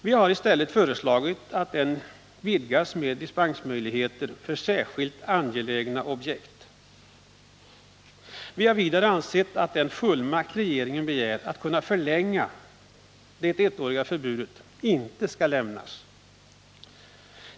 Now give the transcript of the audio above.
Vi har i stället föreslagit att den vidgas med dispensmöjligheter för särskilt angelägna objekt. Vi har vidare ansett att den fullmakt regeringen begär att kunna förlänga det ettåriga förbudet inte skall lämnas.